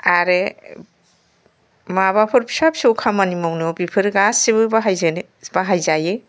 आरो माबाफोर फिसा फिसौ खामानि मावनायाव बेफोर गासिबो बाहायजेन बाहायजायो